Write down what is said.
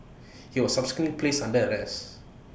he was subsequently placed under arrest